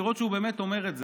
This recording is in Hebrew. לראות שהוא באמת אומר את זה.